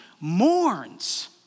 Mourns